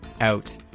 out